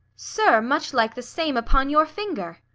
sir, much like the same upon your finger.